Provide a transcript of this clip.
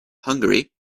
hungary